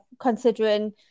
considering